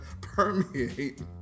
permeate